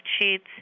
sheets